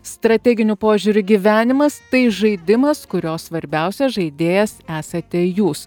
strateginiu požiūriu gyvenimas tai žaidimas kurio svarbiausias žaidėjas esate jūs